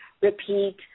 repeat